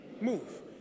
move